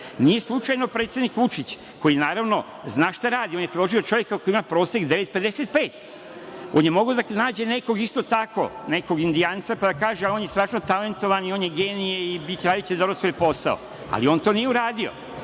slučajno predsednik Vučić, koji, naravno, zna šta radi, on je položio i čovek ima prosek 9,55, on je mogao da nađe nekog isto tako, nekog indijanca, pa da kaže – ali, on je strašno talentovan, on je genije i radiće dobro svoj posao. Ali, on to nije uradio,